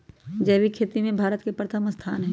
जैविक खेती में भारत के प्रथम स्थान हई